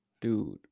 Dude